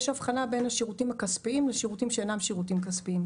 יש הבחנה בין השירותים הכספיים לשירותים שאינם שירותים כספיים.